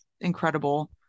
incredible